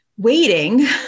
waiting